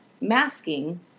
masking